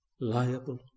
Liable